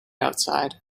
outside